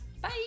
Bye